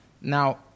Now